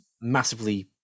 massively